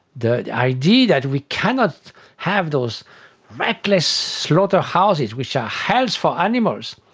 the idea that we cannot have those reckless slaughterhouses which are hell for animals,